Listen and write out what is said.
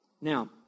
Now